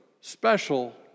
special